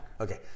Okay